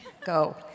Go